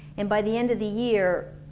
and by the end of the year,